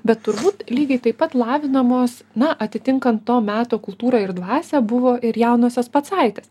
bet turbūt lygiai taip pat lavinamos na atitinkant to meto kultūrą ir dvasią buvo ir jaunosios pacaitės